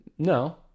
No